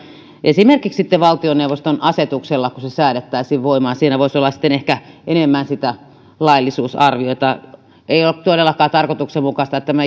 esimerkiksi valtioneuvoston asetus millä se säädettäisiin voimaan siinä voisi ehkä sitten olla enemmän sitä laillisuusarviota ei ole todellakaan tarkoituksenmukaista että tämä